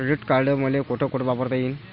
Credit card मले कोठ कोठ वापरता येईन?